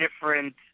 different